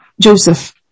Joseph